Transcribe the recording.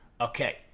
Okay